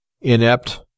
inept